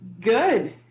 good